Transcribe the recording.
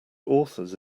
authors